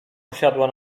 usiadła